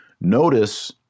notice